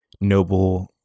noble